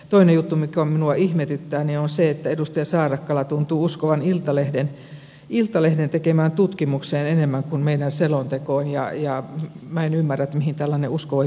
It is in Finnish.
toinen juttu mikä minua ihmetyttää on se että edustaja saarakkala tuntuu uskovan iltalehden tekemään tutkimukseen enemmän kuin meidän selontekoomme ja minä en ymmärrä mihin tällainen usko voi perustua